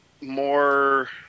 more